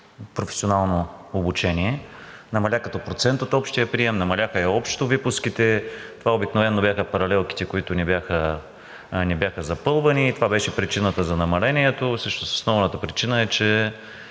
„професионално обучение“, намаля като процент от общия прием, намаляха общо випуските. Това обикновено бяха паралелките, които не бяха запълвани. Това беше причината за намалението. Всъщност основната причина е, че